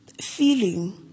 feeling